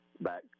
back